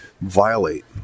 violate